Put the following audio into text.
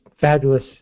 fabulous